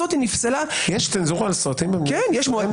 יש צנזורה על סרטים במדינת ישראל?